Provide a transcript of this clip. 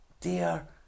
Dear